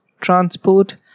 transport